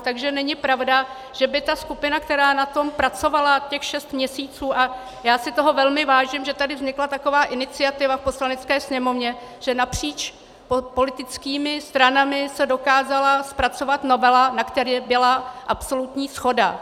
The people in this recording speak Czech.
Takže není pravda, že by ta skupina, která na tom pracovala těch šest měsíců a já si toho velmi vážím, že tady vznikla taková iniciativa v Poslanecké sněmovně, že napříč politickými stranami se dokázala zpracovat novela, na které byla absolutní shoda.